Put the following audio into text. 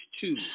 two